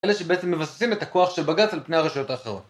אלה שבעצם מבססים את הכוח של בג"ץ על פני הרשויות האחרות